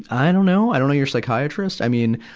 i don't know. i don't know your psychiatrist. i mean,